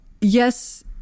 yes